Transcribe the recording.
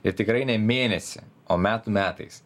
ir tikrai ne mėnesį o metų metais